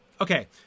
okay